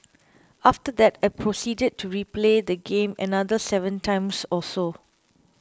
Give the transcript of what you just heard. after that I proceeded to replay the game another seven times or so